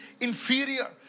inferior